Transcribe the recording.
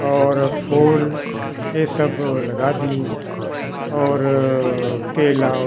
और फूल ये सब लगा दिए और केला